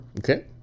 Okay